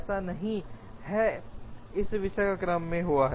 ऐसा नहीं है इस विशेष क्रम में हुआ